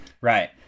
right